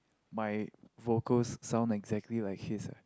my vocals sound exactly like his leh